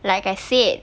like I said